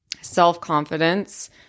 self-confidence